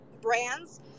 brands